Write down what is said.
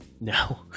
No